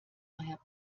daher